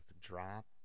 drop